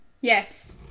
Yes